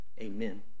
amen